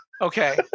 okay